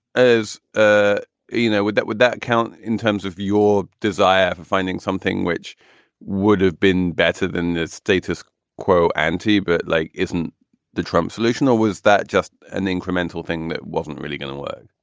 as ah you know, would that would that count in terms of your desire for finding something which would have been better than the status quo ante? but like, isn't the trump solution or was that just an incremental thing that wasn't really going to work?